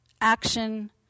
action